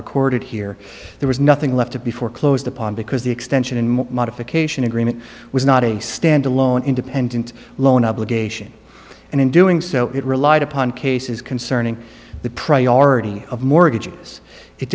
recorded here there was nothing left to be foreclosed upon because the extension in modification agreement was not a stand alone independent loan obligation and in doing so it relied upon cases concerning the priority of mortgages it